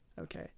Okay